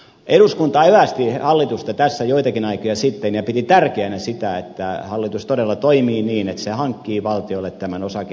eduskunta evästi hallitusta tässä joitakin aikoja sitten ja piti tärkeänä sitä että hallitus todella toimii niin että se hankkii valtiolle tämän osake enemmistön